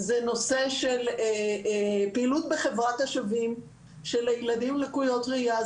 זה נושא של פעילות בחברת השווים של ילדים עם לקויות ראייה.